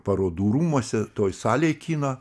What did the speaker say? parodų rūmuose toj salėj kino